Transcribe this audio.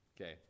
Okay